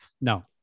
No